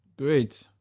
Great